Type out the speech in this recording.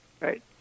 Right